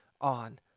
on